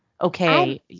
okay